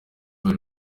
bari